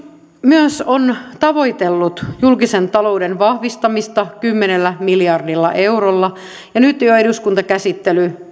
myös on tavoitellut julkisen talouden vahvistamista kymmenellä miljardilla eurolla ja nyt jo eduskuntakäsittely